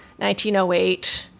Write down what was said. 1908